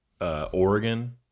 Oregon